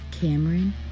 Cameron